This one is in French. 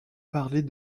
parler